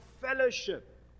Fellowship